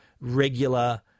regular